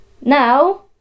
now